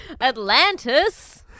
Atlantis